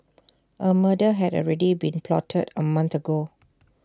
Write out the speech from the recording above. A murder had already been plotted A month ago